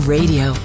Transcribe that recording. Radio